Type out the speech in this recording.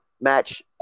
match